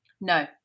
No